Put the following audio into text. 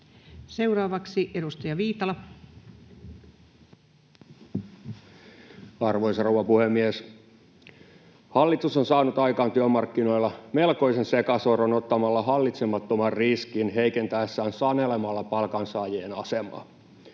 Seuraavaksi edustaja Viitala. Arvoisa rouva puhemies! Hallitus on saanut aikaan työmarkkinoilla melkoisen sekasorron ottamalla hallitsemattoman riskin heikentäessään sanelemalla palkansaajien asemaa.